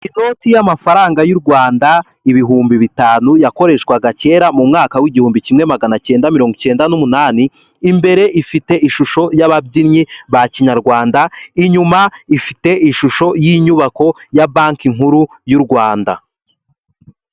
Inoti y'amafaranga y'u Rwanda ibihumbi bitanu yakoreshwaga kera mu mwaka w'igihumbi kimwe magana kenda mirongo cyenda n'umunani, imbere ifite ishusho y'ababyinnyi ba kinyarwanda, inyuma ifite ishusho y'inyubako ya banki nkuru y'u Rwanda.